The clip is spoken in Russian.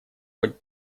быть